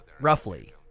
roughly